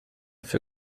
für